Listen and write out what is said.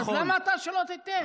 אז למה שאתה לא תיתן?